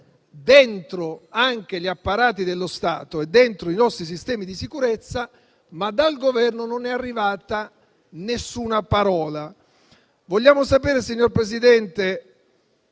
dentro gli apparati dello Stato e dentro i nostri sistemi di sicurezza, ma dal Governo non è arrivata alcuna parola. Vogliamo sapere, signor Presidente,